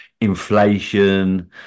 Inflation